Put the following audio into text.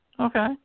Okay